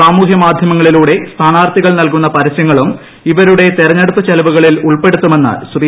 സാമൂഹ്യ മാധ്യങ്ങളിലൂടെ സ്ഥാനാർത്ഥികൾ നൽകുന്ന പരസ്യങ്ങളും ഇവരുടെ തെരഞ്ഞെടുപ്പ് ചെലവുകളിൽ ഉൾപ്പെടുത്തുമെന്ന് ശ്രീ